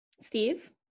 Steve